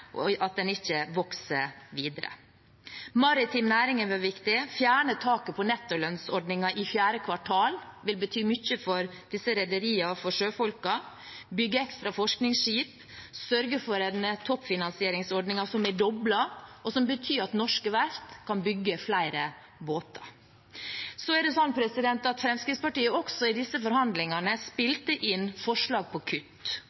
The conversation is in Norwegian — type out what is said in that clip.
at den ikke vokser videre. Maritim næring har vært viktig. Å fjerne taket på nettolønnsordningen i fjerde kvartal vil bety mye for disse rederiene og for sjøfolkene. Vi vil bygge ekstra forskningsskip og sørge for en dobling av toppfinansieringsordningen, som betyr at norske verft kan bygge flere båter. Fremskrittspartiet spilte også i disse forhandlingene inn forslag på kutt.